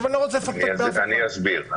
אני אסביר.